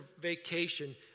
vacation